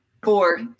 Four